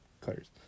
cutters